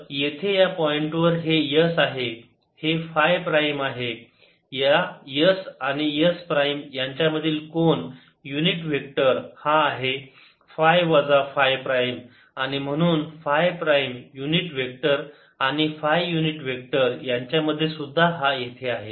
तर येथे या पॉईंटवर हे s आहे हे फाय प्राईम आहे या s आणि s प्राईम यांच्यामधला कोन युनिट वेक्टर हा आहे फाय वजा फाय प्राईम आणि म्हणून फाय प्राइम युनिट वेक्टर आणि फाय युनिट वेक्टर यांच्यामधला सुद्धा हा येथे आहे